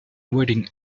waiting